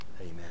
Amen